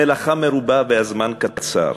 המלאכה מרובה והזמן קצר.